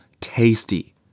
Tasty